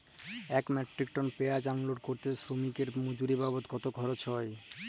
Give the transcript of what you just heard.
এক metric ton পেঁয়াজ unload করতে শ্রমিকের মজুরি বাবদ কত খরচ হয়?